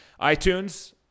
iTunes